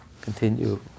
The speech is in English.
Continue